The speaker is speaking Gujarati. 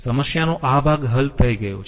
સમસ્યાનો આ ભાગ હલ થઈ ગયો છે